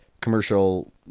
commercial